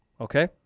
okay